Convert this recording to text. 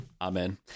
Amen